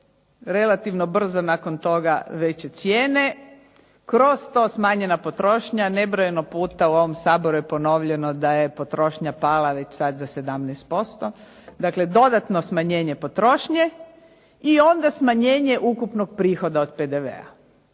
relativno brzo nakon toga veće cijene, kroz to smanjena potrošnja, nebrojeno puta u ovom Saboru je ponovljeno da je potrošnja pala već sad za 17%. Dakle dodatno smanjenje potrošnje i onda smanjenje ukupnog prihoda od PDV-a.